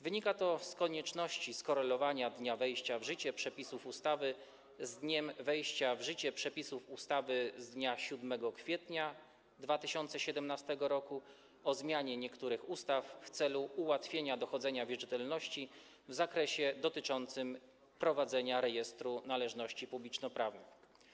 Wynika to z konieczności skorelowania dnia wejścia w życie przepisów ustawy z dniem wejścia w życie przepisów ustawy z dnia 7 kwietnia 2017 r. o zmianie niektórych ustaw w celu ułatwienia dochodzenia wierzytelności w zakresie dotyczącym prowadzenia Rejestru Należności Publicznoprawnych.